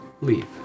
leave